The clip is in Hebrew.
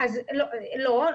לא.